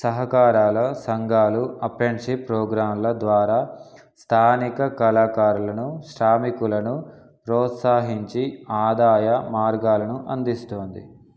సహకారాల సంఘాలు అప్రెంటిస్షిప్ ప్రోగ్రాంల ద్వారా స్థానిక కళాకారులను శ్రామికులను ప్రోత్సాహించి ఆదాయ మార్గాలను అందిస్తుంది